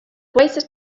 wasted